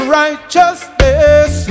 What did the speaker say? righteousness